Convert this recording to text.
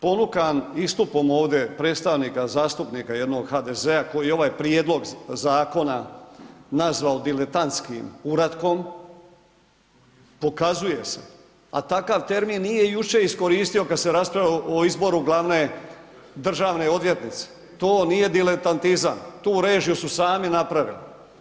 Ponukan istupom ovde predstavnika zastupnika jednog HDZ-a koji je ovaj prijedlog zakona nazvao diletantskim uratkom pokazuje se, a takav termin nije jučer iskoristio kad se raspravljalo i izboru glavne državne odvjetnice, to nije dilentatizam, tu režiju su sami napravili.